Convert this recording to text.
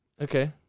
Okay